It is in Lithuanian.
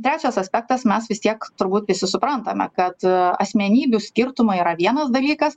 trečias aspektas mes vis tiek turbūt visi suprantame kad asmenybių skirtumai yra vienas dalykas